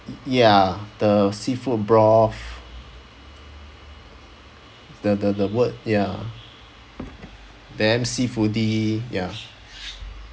ya the seafood broth the the the word ya damn seafood-y ya